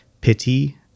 pity